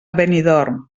benidorm